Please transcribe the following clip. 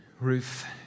Ruth